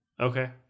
Okay